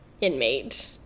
inmate